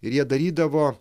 ir jie darydavo